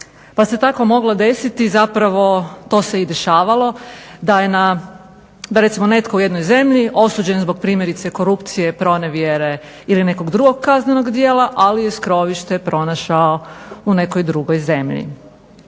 Pa se tako moglo desiti, zapravo to se i dešavalo, da je recimo netko u jednoj zemlji osuđen zbog primjerice korupcije, pronevjere ili nekog drugog kaznenog djela, ali je skrovište pronašao u nekoj drugoj zemlji.